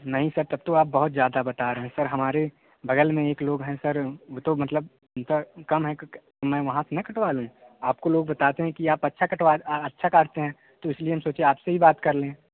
नहीं सर तब तो आप बहुत ज़्यादा बता रहे हैं सर हमारे बगल में एक लोग हैं सर वो तो मतलब इतना कम है मैं वहाँ से ना कटवा लूँ आपको लोग बताते हैं कि आप अच्छा कटवाते अच्छा काटते तो इसलिए हम सोचे आप से ही बात कर लें